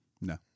No